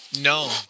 No